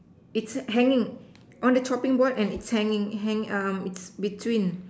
it's hanging on the chopping board and it's hanging hang it's between